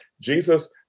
Jesus